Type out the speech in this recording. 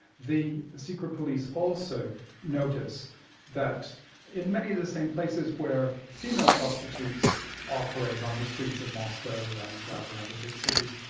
the secret police also notice that in many of the same places where female prostitutes operate on the streets of moscow, leningrad and other big cities,